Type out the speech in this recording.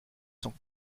sans